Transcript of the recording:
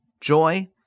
joy